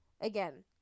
Again